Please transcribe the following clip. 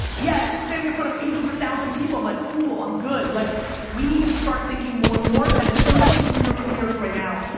yet, standing in front of eight hundred thousand people, i'm like, cool, i'm good, like we need to start thinking more and more and as you're going through your careers right now,